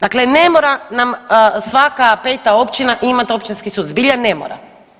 Dakle, ne mora nam svaka peta općina imat općinski sud, zbilja ne mora.